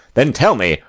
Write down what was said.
then tell me,